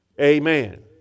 Amen